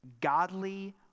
Godly